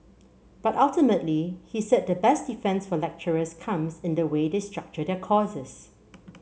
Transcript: but ultimately he said the best defence for lecturers comes in the way they structure their courses